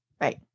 right